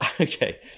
Okay